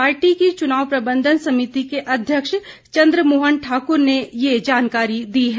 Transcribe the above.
party की चुनाव प्रबंध समिति के अध्यक्ष चंद्रमोहन ठाक्र ने ये जानकारी दी है